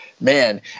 man